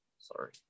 sorry